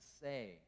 say